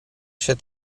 się